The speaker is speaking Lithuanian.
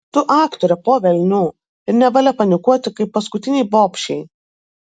tu aktorė po velnių ir nevalia panikuoti kaip paskutinei bobšei